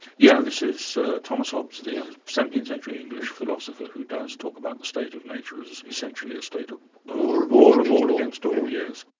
yeah this is thomas hobbes, the seventeenth century english philosopher, who does talk about the state of nature as essentially a state of war of all against all, yes.